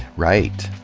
right.